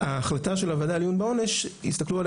יסתכלו על ההחלטה של העיון בעונש באותו